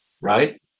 right